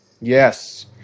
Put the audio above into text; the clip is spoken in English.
Yes